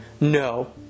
No